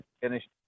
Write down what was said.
finished